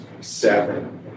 seven